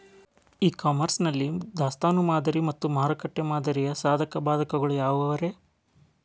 E commerce ನಲ್ಲಿ ದಾಸ್ತಾನು ಮಾದರಿ ಮತ್ತ ಮಾರುಕಟ್ಟೆ ಮಾದರಿಯ ಸಾಧಕ ಬಾಧಕಗಳ ಯಾವವುರೇ?